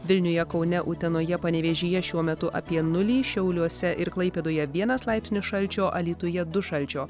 vilniuje kaune utenoje panevėžyje šiuo metu apie nulį šiauliuose ir klaipėdoje vienas laipsnis šalčio alytuje du šalčio